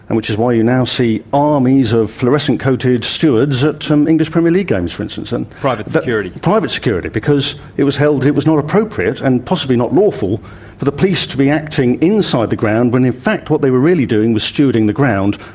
and which is why you now see armies of fluorescent-coated stewards at um english premier league games, for instance. and private security. private security. because it was held that it was not appropriate and possibly not lawful for the police to be acting inside the ground when in fact what they were really doing was stewarding the ground,